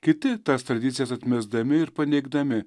kiti tas tradicijas atmesdami ir paneigdami